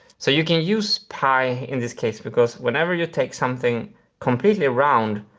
so you can use pi in this case because whenever you take something completely round,